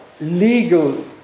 legal